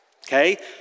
Okay